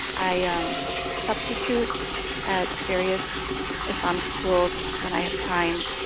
i ah substitute at various islamic schools when i have time.